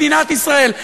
מדינת ישראל,